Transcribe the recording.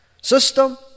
system